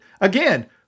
Again